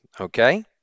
Okay